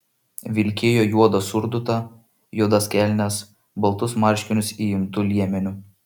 vilkėjo juodą surdutą juodas kelnes baltus marškinius įimtu liemeniu